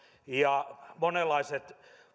ja on monenlaisia